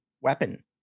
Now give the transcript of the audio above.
weapon